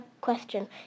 question